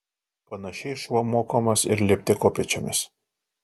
panašiai šuo mokomas ir lipti kopėčiomis